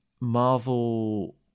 Marvel